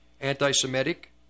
anti-Semitic